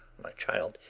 my child,